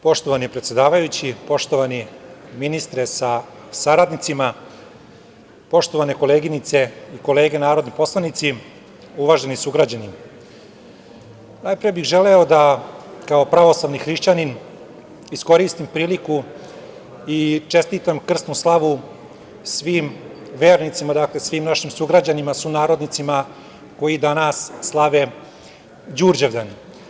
Poštovani predsedavajući, poštovani ministre sa saradnicima, poštovane koleginice i kolege narodni poslanici, uvaženi sugrađani, najpre bih želeo da kao pravoslavni hrišćanin iskoristim priliku i čestitam krsnu slavu svim vernicima, svim našim sugrađanima, sunarodnicima koji danas slave Đurđevdan.